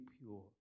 pure